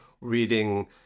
reading